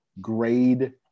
grade